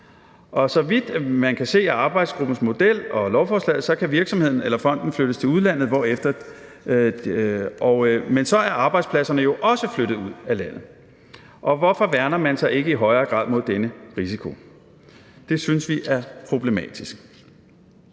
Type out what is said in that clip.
så vidt man kan se af arbejdsgruppens model og af lovforslaget, kan virksomheden eller fonden flyttes til udlandet, men så er arbejdspladserne jo også flyttet ud af landet, og hvorfor værner man så ikke i højere grad mod denne risiko? Det synes vi er problematisk.